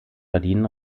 verdienen